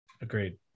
Agreed